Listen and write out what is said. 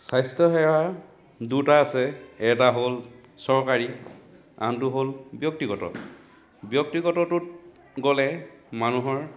স্ৱাস্থ্য সেৱা দুটা আছে এটা হ'ল চৰকাৰী আনটো হ'ল ব্যক্তিগত ব্যক্তিগতটোত গ'লে মানুহৰ